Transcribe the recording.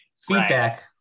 Feedback